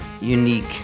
unique